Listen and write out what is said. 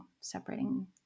separating